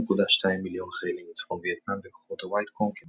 כ-1.2 מיליון חיילים מצפון וייטנאם וכוחות הוייטקונג,